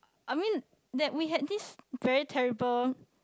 I mean that we had this very terrible